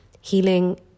Healing